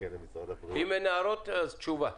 אם אין הערות, אז תשובה.